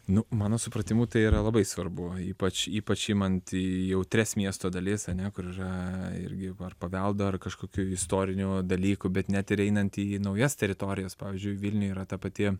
nu mano supratimu tai yra labai svarbu ypač ypač imant jautrias miesto dalies ane kur yra irgi paveldo ar kažkokių istorinių dalykų bet net ir einant į naujas teritorijas pavyzdžiui vilniuj yra ta pati